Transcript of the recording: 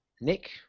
Nick